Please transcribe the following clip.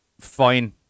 Fine